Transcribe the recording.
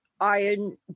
iron